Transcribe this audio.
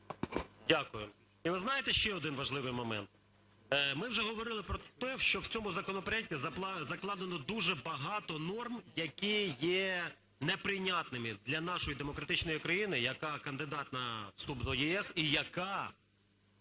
Дякую. І ви знаєте, ще один важливий момент. Ми вже говорили про те, що в цьому законопроекті закладено дуже багато норм, які є неприйнятними для нашої демократичної країни, яка кандидат на вступ до ЄС і яка